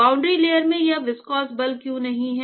boundary layer में यह viscous बल क्यों नहीं है